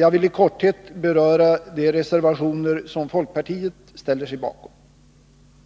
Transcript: Jag vill i korthet beröra de reservationer som folkpartiet ställer sig bakom.